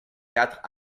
quatre